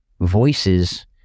voices